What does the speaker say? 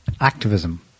Activism